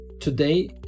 today